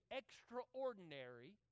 extraordinary